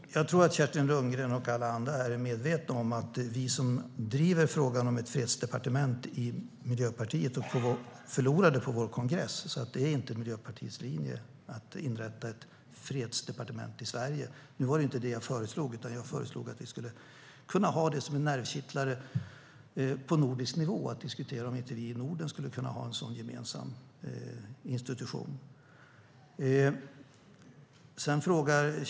Herr talman! Jag tror att Kerstin Lundgren och alla andra här är medvetna om att vi i Miljöpartiet som driver frågan om ett fredsdepartement förlorade på Miljöpartiets kongress. Det är alltså inte Miljöpartiets linje att man ska inrätta ett fredsdepartement i Sverige. Nu var det inte det jag föreslog, utan jag föreslog att vi skulle kunna ha det som en nervkittlare på nordisk nivå: att diskutera om inte vi i Norden skulle kunna ha en sådan gemensam institution.